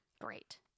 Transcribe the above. Great